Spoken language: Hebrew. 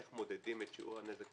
איך מודדים את שיעור הנזק,